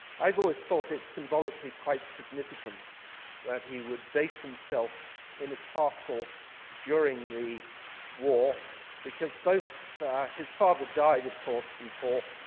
i've always started symbolically quite significant that he would base himself in a castle during the war because both his father died of course before